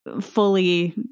fully